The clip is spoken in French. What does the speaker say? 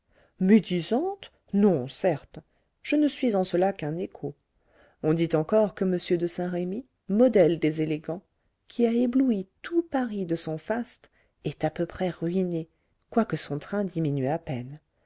médisante non certes je ne suis en cela qu'un écho on dit encore que m de saint-remy modèle des élégants qui a ébloui tout paris de son faste est à peu près ruiné quoique son train diminue à peine